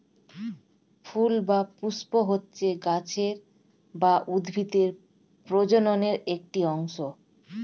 ফুল বা পুস্প হচ্ছে গাছের বা উদ্ভিদের প্রজননের একটি অংশ